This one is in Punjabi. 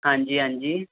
ਹਾਂਜੀ ਹਾਂਜੀ